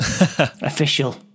Official